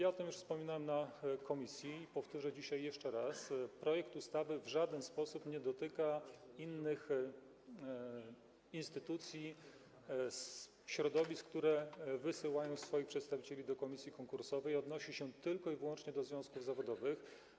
Ja o tym już wspominałem w komisji, powtórzę dzisiaj jeszcze raz: projekt ustawy w żaden sposób nie dotyka innych instytucji, środowisk, które wysyłają swoich przedstawicieli do komisji konkursowych, odnosi się tylko i wyłącznie do związków zawodowych.